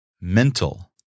mental